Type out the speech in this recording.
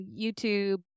youtube